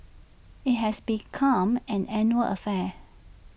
IT has become an annual affair